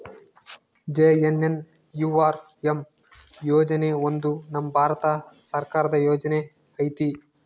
JNNURM ಯೋಜನೆ ಒಂದು ನಮ್ ಭಾರತ ಸರ್ಕಾರದ ಯೋಜನೆ ಐತಿ